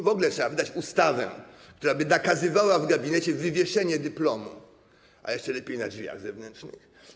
W ogóle trzeba wydać ustawę, która by nakazywała w gabinecie wywieszenie dyplomu, a jeszcze lepiej na drzwiach zewnętrznych.